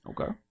Okay